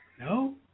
No